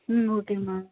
okay ma'am